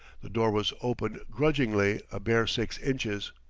the door was opened grudgingly, a bare six inches.